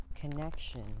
connection